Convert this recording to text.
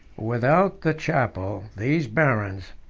without the chapel, these barons,